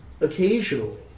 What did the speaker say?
occasionally